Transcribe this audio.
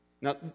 Now